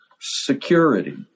security